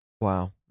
Wow